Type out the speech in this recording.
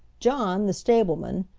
john, the stableman,